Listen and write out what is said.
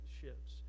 ships